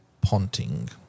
Ponting